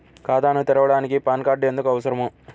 ఖాతాను తెరవడానికి PAN card ఎందుకు అవసరము?